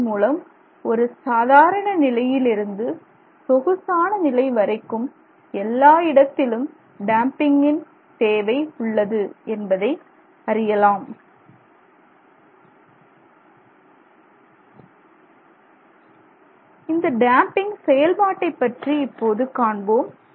இதன் மூலம் ஒரு சாதாரண நிலையிலிருந்து சொகுசான நிலை வரைக்கும் எல்லா இடத்திலும் டேம்பிங்கின் தேவை உள்ளது என்பதை அறியலாம் இந்த டேம்பிங் செயல்பாட்டைப் பற்றி இப்போது காண்போம்